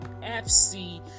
FC